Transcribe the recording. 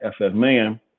FFman